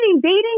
Dating